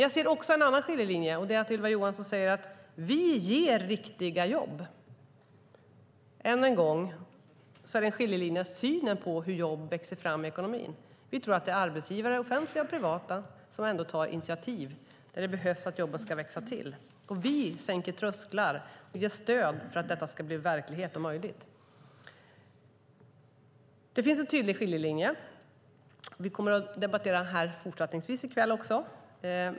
Jag ser också en annan skiljelinje, nämligen att Ylva Johansson säger att de ger riktiga jobb. Än en gång råder en skiljelinje i synen på hur jobben växer fram i ekonomin. Vi tror att det är offentliga och privata arbetsgivare som tar initiativ där det behövs för att jobben ska växa till. Vi sänker trösklar och ger stöd för att detta ska bli verklighet. Det finns en tydlig skiljelinje. Vi kommer att debattera frågan i fortsättningen i kväll.